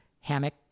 hammock